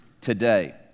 today